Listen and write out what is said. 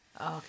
Okay